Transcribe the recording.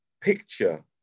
picture